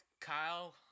Kyle